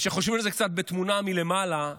וכשחושבים על זה קצת בתמונה מלמעלה,